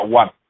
one